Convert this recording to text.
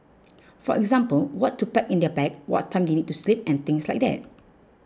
for example what to pack in their bag what time they need to sleep and things like that